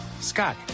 Scott